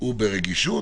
וברגישות